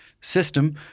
system